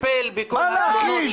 אנחנו פונים למח"ש כדי לטפל בכל התלונות